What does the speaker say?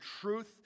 truth